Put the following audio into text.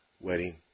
wedding